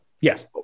Yes